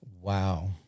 Wow